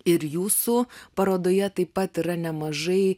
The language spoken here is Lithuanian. ir jūsų parodoje taip pat yra nemažai